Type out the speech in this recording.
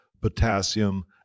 potassium